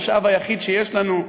המשאב היחיד שיש לנו,